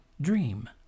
dream